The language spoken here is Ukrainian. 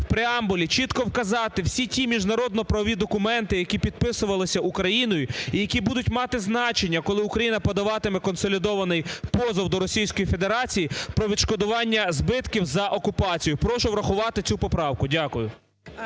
в преамбулі чітко вказати всі ті міжнародно-правові документи, які підписувалися Україною. І які будуть мати значення, коли Україна подаватиме консолідований позов до Російської Федерації про відшкодування збитків за окупацію. Прошу врахувати цю поправку, дякую.